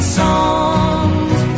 songs